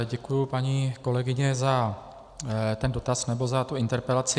Děkuji, paní kolegyně za dotaz nebo za interpelaci.